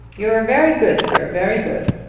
you're very good, sir very good.